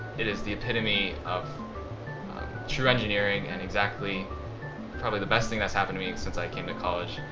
it is the epitome of true engineering and exactly probably the best thing that's happened to me since i came to college.